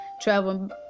travel